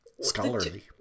scholarly